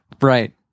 Right